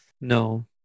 No